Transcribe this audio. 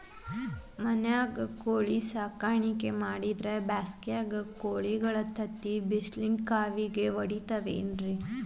ಮನ್ಯಾಗ ಕೋಳಿ ಸಾಕಾಣಿಕೆ ಮಾಡಿದ್ರ್ ಬ್ಯಾಸಿಗ್ಯಾಗ ಕೋಳಿಗಳ ತತ್ತಿ ಬಿಸಿಲಿನ ಕಾವಿಗೆ ವಡದ ಹೋಗ್ತಾವ